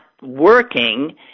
working